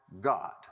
God